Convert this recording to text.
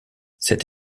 cette